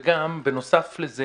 וגם בנוסף לזה,